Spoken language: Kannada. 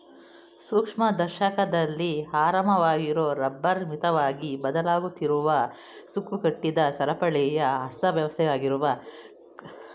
ಸೂಕ್ಷ್ಮದರ್ಶಕದಲ್ಲಿ ಆರಾಮವಾಗಿರೊ ರಬ್ಬರ್ ಮಿತವಾಗಿ ಬದಲಾಗುತ್ತಿರುವ ಸುಕ್ಕುಗಟ್ಟಿದ ಸರಪಳಿಯ ಅಸ್ತವ್ಯಸ್ತವಾಗಿರುವ ಕ್ಲಸ್ಟರಾಗಿದೆ